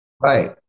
right